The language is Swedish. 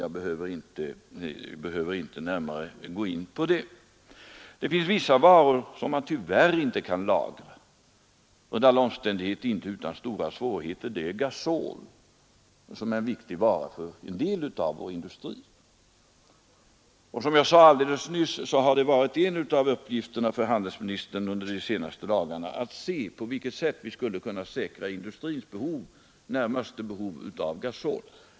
Jag behöver inte närmare gå in på det. Det finns vissa varor som man tyvärr inte kan lagra, under alla omständigheter inte utan stora svårigheter. En sådan vara är gasol, som är av stor vikt för en del av vår industri. Som jag sade alldeles nyss, har det 83 varit en av uppgifterna för handelsministern under de senaste dagarna att undersöka på vilket sätt vi skulle kunna säkra industrins närmaste behov av gasol.